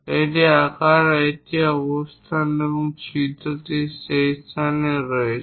এটি আকার এবং এটি অবস্থান ছিদ্রটি সেই নির্দিষ্ট স্থানে রয়েছে